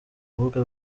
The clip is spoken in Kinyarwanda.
rubuga